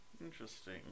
interesting